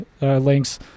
links